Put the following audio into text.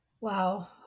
Wow